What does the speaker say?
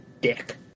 dick